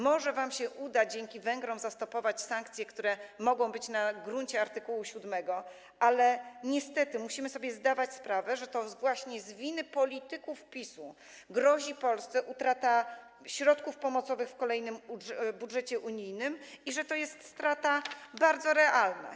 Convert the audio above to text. Może wam się uda dzięki Węgrom zastopować sankcje, które mogą być na gruncie art. 7, ale niestety musimy sobie zdawać sprawę, że to właśnie z winy polityków PiS-u grozi Polsce utrata środków pomocowych w kolejnym budżecie unijnym i że to jest strata bardzo realna.